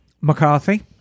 McCarthy